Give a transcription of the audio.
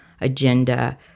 agenda